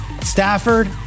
Stafford